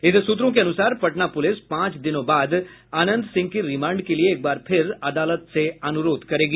इधर सूत्रों के अनुसार पटना पुलिस पांच दिनों बाद अनंत सिंह की रिमांड के लिए एक बार फिर अदालत से अनुरोध करेगी